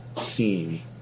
scene